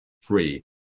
free